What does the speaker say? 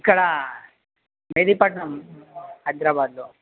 ఇక్కడ మెహిదీపట్నం హైదరాబాద్లో